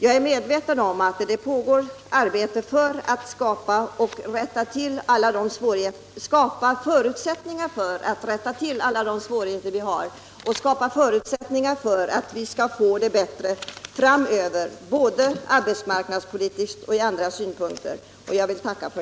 Jag är också medveten om att arbetet på att rätta till våra nuvarande svårigheter pågår, arbetsmarknadspolitiskt och på andra sätt, liksom också arbetet på att vi skall få det bättre framöver. Det vill jag tacka för.